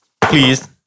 Please